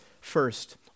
First